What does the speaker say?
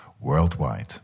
worldwide